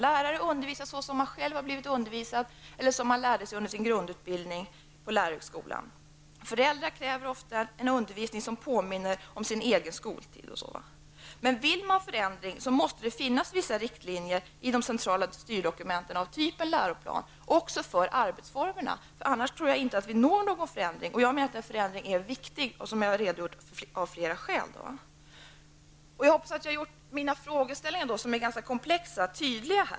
Lärare undervisar som de själva blivit undervisade eller som de fått lära sig under sin grundutbildning på lärarhögskolan, föräldrar kräver ofta en undervisning som påminner om deras egen skoltid, osv. Vill man förändring måste det finnas vissa riktlinjer i de centrala styrdokumenten av typ läroplan, också beträffande arbetsformerna, för annars tror jag inte att vi når någon förändring. Och jag menar att förändring är viktig -- av flera skäl, som jag har redogjort för. Jag hoppas att jag tydligt har framställt mina frågor, som ju är ganska komplexa.